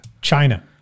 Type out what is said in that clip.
China